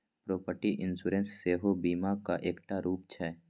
property insurance सेहो बीमाक एकटा रुप छै